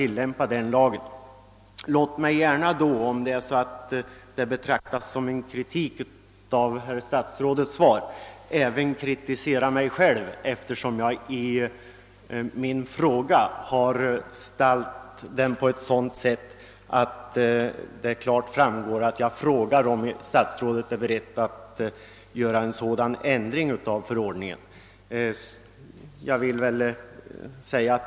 Låt mig gärna, eftersom detta kan betraktas som en kritik av statsrådets svar, i så fall även kritisera mig själv. Såsom min interpellation är ställd utmynnade den nämligen i en fråga, huruvida statsrådet var beredd att göra en ändring av den ifrågavarande förordningen.